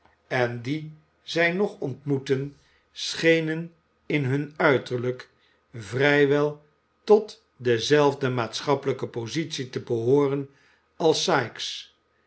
en die zij nog ontmoetten schenen in hun uiterlijk vrij wel tot dezelfde maatschappelijke positie te behooren als